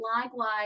Likewise